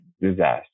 disaster